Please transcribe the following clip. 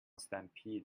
stampede